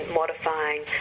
modifying